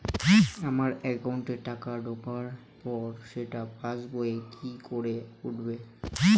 আমার একাউন্টে টাকা ঢোকার পর সেটা পাসবইয়ে কি করে উঠবে?